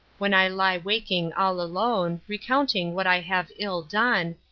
when i lie waking all alone, recounting what i have ill done,